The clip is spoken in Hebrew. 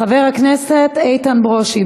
חבר הכנסת איתן ברושי,